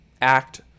act